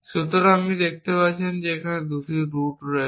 সুতরাং আপনি দেখতে পাচ্ছেন যে এখানে 2টি রুট রয়েছে